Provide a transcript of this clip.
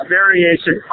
variation